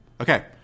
Okay